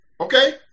okay